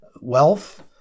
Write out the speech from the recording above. wealth